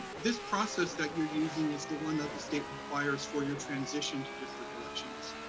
this process that you're using is the one that the state requires for your transition to district elections.